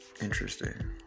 interesting